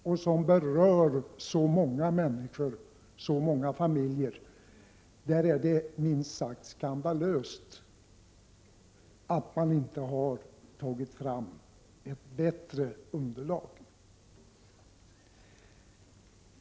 Det berör många människor, många familjer. Därför är det minst sagt skandalöst att man inte har tagit fram ett bättre beslutsunderlag.